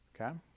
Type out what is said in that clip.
okay